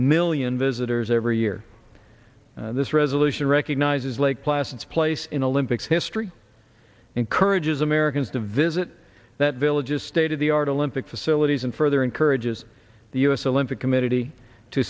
million visitors every year this resolution recognizes lake placid place in the olympics history encourages americans to visit that village is state of the art olympic facilities and further encourages the u s olympic committee to